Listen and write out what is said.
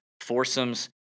foursomes